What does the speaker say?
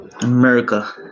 America